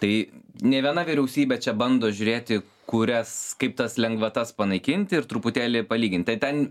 tai nei viena vyriausybė čia bando žiūrėti kurias kaip tas lengvatas panaikinti ir truputėlį palygint tai ten